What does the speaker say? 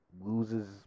loses